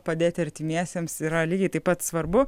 padėti artimiesiems yra lygiai taip pat svarbu